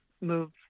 move